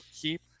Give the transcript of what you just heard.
keep